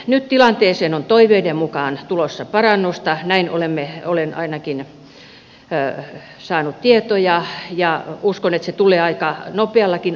nyt tilanteeseen on toiveiden mukaan tulossa parannusta näin olen ainakin saanut tietoja ja uskon että se tulee aika nopeallakin aikataululla